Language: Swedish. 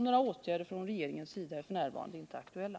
Några åtgärder från regeringens sida är f.n. inte aktuella.